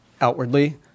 outwardly